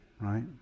right